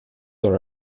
are